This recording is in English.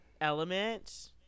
Element